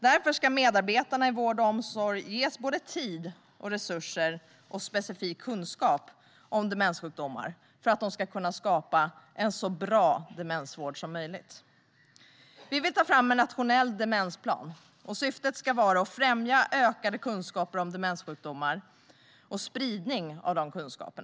Därför ska medarbetarna i vård och omsorg ges både tid och resurser samt specifik kunskap om demenssjukdomar för att de ska kunna skapa en så bra demensvård som möjligt. Vi vill ta fram en nationell demensplan i syfte att främja ökade kunskaper om demenssjukdomar och en spridning av dessa kunskaper.